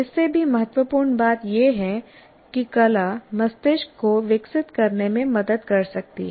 इससे भी महत्वपूर्ण बात यह है कि कला मस्तिष्क को विकसित करने में मदद कर सकती है